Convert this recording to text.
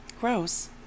Gross